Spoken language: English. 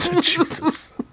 Jesus